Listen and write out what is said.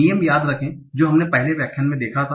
नियम याद रखे जो हमने पिछले व्याख्यान में देखा था